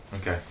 Okay